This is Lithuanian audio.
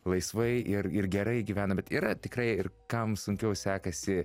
laisvai ir ir gerai gyvena bet yra tikrai ir kam sunkiau sekasi